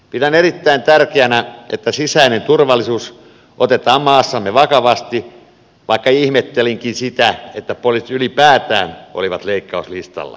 pidän erittäin tärkeänä että sisäinen turvallisuus otetaan maassamme vakavasti vaikka ihmettelinkin sitä että poliisit ylipäätään olivat leikkauslistalla